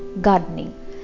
gardening